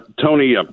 Tony